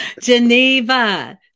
Geneva